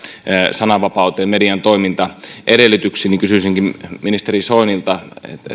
sananvapauteen median toimintaedellytyksiin kysyisinkin ministeri soinilta